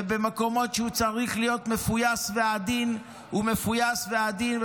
ובמקומות שהוא צריך להיות מפויס ועדין הוא מפויס ועדין,